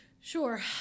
Sure